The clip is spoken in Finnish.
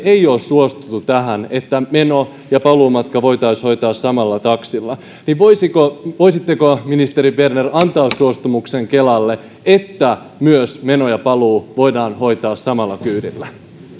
ei ole suostuttu tähän että meno ja paluumatka voitaisiin hoitaa samalla taksilla voisitteko ministeri berner antaa suostumuksenne kelalle että myös meno ja paluu voidaan hoitaa samalla kyydillä